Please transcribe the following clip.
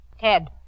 Ted